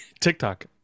tiktok